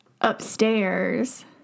Upstairs